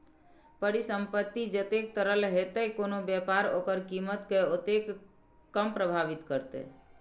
परिसंपत्ति जतेक तरल हेतै, कोनो व्यापार ओकर कीमत कें ओतेक कम प्रभावित करतै